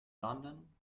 london